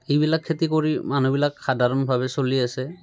এইবিলাক খেতি কৰি মানুহবিলাক সাধাৰণভাৱে চলি আছে